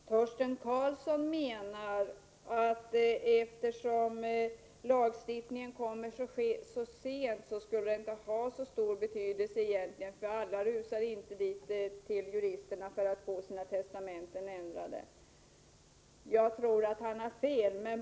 Herr talman! Torsten Karlsson menar att det inte skulle ha någon egentlig betydelse att förslaget om den nya lagstiftningen kommer så sent, eftersom alla ändå inte kommer att rusa till juristerna för att hinna få sina testamenten ändrade. Jag tror att han har fel.